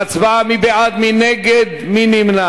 הואל לשבת.